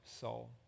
soul